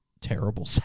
terrible